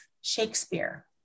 Shakespeare